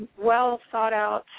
well-thought-out